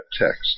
text